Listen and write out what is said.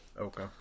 Okay